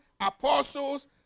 apostles